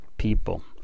People